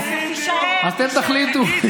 אתם תחליטו.